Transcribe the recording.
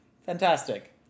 Fantastic